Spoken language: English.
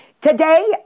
today